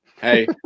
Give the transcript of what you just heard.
Hey